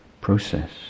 process